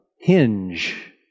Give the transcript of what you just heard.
hinge